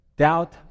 Doubt